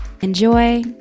Enjoy